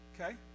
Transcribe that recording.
okay